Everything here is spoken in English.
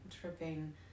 tripping